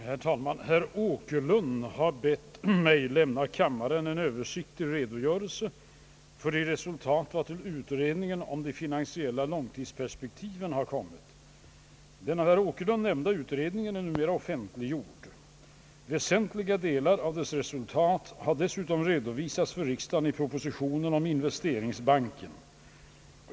Herr talman! Herr Åkerlund har bett mig lämna kammaren en översikligt redogörelse för de resultat, vartill utredningen om de finansiella långtidsperspektiven kommit. Den av herr Åkerlund nämnda utredningen är numera offentliggjord. Väsentliga delar av dess resultat har dessutom redovisats för riksdagen i propositionen om investeringsbanken.